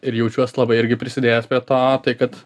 ir jaučiuos labai irgi prisidėjęs prie to kad